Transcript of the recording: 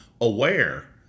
aware